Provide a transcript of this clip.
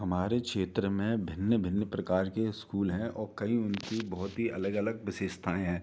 हमारे क्षेत्र में भिन्न भिन्न प्रकार के ईस्कूल हैं औ कई उनकी बहुत ही अलग अलग विशेषताएं हैं